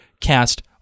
cast